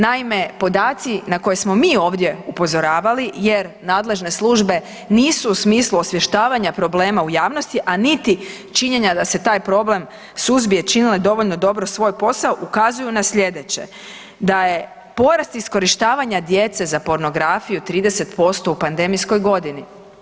Naime, podaci na koje smo mi ovdje upozoravali, jer nadležne službe nisu u smislu osvještavanja problema u javnosti, a niti činjenja da se taj problem suzbije, činili dovoljno dobro svoj posao, ukazuju na sljedeće, da je porast iskorištavanja djece za pornografiju 30% u pandemijskoj godini.